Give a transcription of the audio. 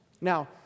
Now